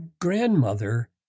grandmother